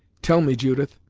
tell me, judith,